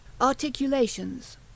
Articulations